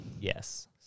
Yes